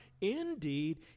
indeed